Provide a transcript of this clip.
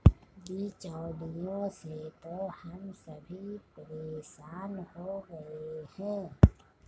बिचौलियों से तो हम सभी परेशान हो गए हैं